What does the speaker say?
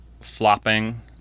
flopping